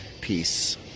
peace